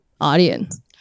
audience